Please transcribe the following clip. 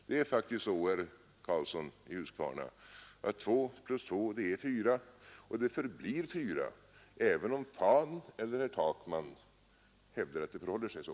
Det är faktiskt så, herr Karlsson i Huskvarna, att två plus två är fyra, och det förblir fyra även om det är fan eller herr Takman som hävdar att det förhåller sig så.